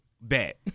bet